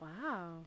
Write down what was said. Wow